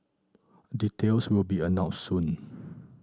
details will be announced soon